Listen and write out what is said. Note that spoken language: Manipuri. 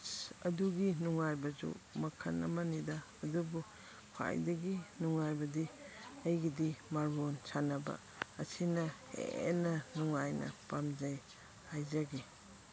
ꯑꯗꯨꯒꯤ ꯅꯨꯡꯉꯥꯏꯕꯁꯨ ꯃꯈꯜ ꯑꯃꯅꯤꯗ ꯑꯗꯨꯕꯨ ꯈ꯭ꯋꯥꯏꯗꯒꯤ ꯅꯨꯡꯉꯥꯏꯕꯗꯤ ꯑꯩꯒꯤꯗꯤ ꯃꯥꯔꯕꯣꯜ ꯁꯥꯟꯅꯕ ꯑꯁꯤꯅ ꯍꯦꯟꯅ ꯅꯨꯉꯉꯥꯏꯅ ꯄꯥꯝꯖꯩ ꯍꯥꯏꯖꯒꯦ